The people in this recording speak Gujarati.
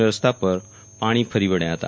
અને રસ્તા પર પાણી ફરી વળ્યા હતા